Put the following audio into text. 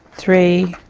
three,